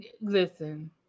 listen